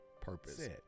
purpose